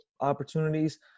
opportunities